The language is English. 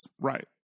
Right